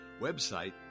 Website